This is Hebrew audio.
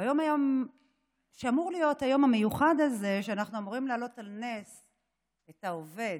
ביום שאמור להיות היום המיוחד הזה אנחנו אמורים להעלות על נס את העובד,